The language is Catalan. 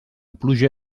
pluja